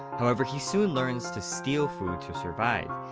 however, he soon learns to steal food to survive.